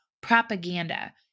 propaganda